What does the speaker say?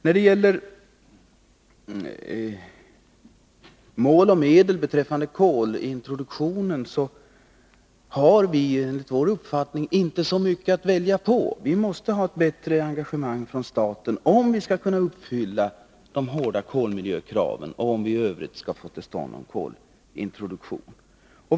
När det gäller mål och medel beträffande kolintroduktionen har vi enligt socialdemokraternas uppfattning inte så mycket att välja på. Vi måste ha ett bättre engagemang från staten om vi skall kunna uppfylla de hårda kolmiljökraven och om vi i övrigt skall få till stånd någon kolintroduktion.